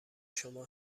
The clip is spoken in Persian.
شما